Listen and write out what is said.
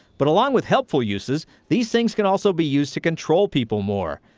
but along with helpful uses, these things can also be used to control people more.